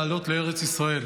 לעלות לארץ ישראל.